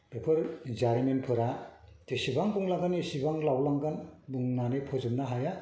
बेफोर जारिमिनफोरा जेसेबां बुंलांगोन एसेबां लावलांगोन बुंनानै फोजोबनो हाया